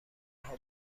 آنها